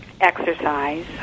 exercise